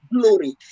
glory